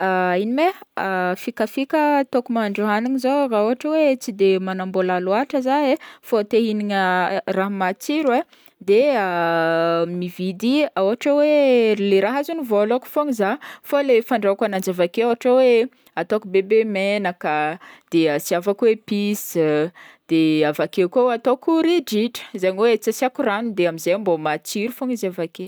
Ino ma e, fikafika ataoko mahandro hagniny zao raha ôhatra hoe tsy de magnambôla loatra zaho e, fô te ihignany raha matsiro e, de mividy a ôhatra hoa le raha azon'ny vôlako fogna zaho fô le fandrahoako agn'anjy avy ake ôhatra hoe ataoko bebe menaka, de agnasiavako epices, de avake koa ataoko ridritra zegny hoe tsy asiako ranony de amzay mbô matsiro fogna izy avake.